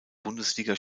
bundesliga